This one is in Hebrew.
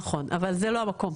נכון, אבל זה לא המקום.